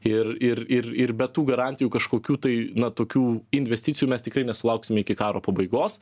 ir ir ir ir be tų garantijų kažkokių tai na tokių investicijų mes tikrai nesulauksim iki karo pabaigos